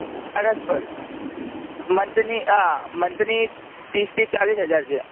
ફાઇનાન્સવાળી મંથની આ મંથની ત્રીસથી ચાળીસ હજાર છે